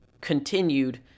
continued